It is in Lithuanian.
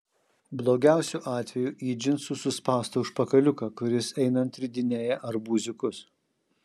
blogiausiu atveju į džinsų suspaustą užpakaliuką kuris einant ridinėja arbūziukus